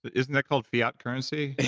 isn't that called fiat currency?